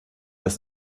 das